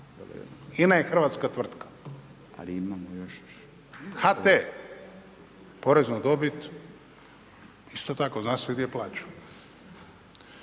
INA je hrvatska tvrtka. HT porez na dobit, isto tako, zna se gdje plaćaju.